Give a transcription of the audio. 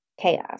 Chaos